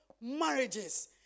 marriages